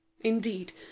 Indeed